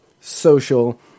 social